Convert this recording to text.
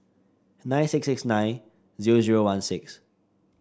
nine six six nine zero zero one six